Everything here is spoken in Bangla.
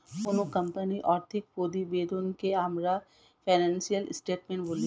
কোনো কোম্পানির আর্থিক প্রতিবেদনকে আমরা ফিনান্সিয়াল স্টেটমেন্ট বলি